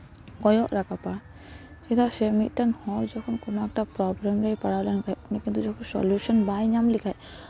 ᱠᱚᱭᱚᱜ ᱨᱟᱠᱟᱵᱟ ᱪᱮᱫᱟᱜ ᱥᱮ ᱢᱤᱫᱴᱟᱱ ᱦᱚᱲ ᱡᱚᱠᱷᱚᱱ ᱠᱳᱱᱳ ᱮᱠᱴᱟ ᱯᱨᱚᱵᱞᱮᱢ ᱨᱮᱭ ᱯᱟᱲᱟᱣ ᱞᱮᱱᱠᱷᱟᱡ ᱩᱱᱤ ᱠᱤᱱᱛᱩ ᱥᱳᱞᱩᱭᱮᱥᱚᱱ ᱵᱟᱭ ᱧᱟᱢ ᱞᱮᱠᱷᱟᱡ